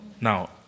Now